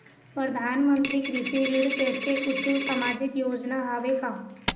परधानमंतरी कृषि ऋण ऐसे कुछू सामाजिक योजना हावे का?